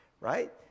right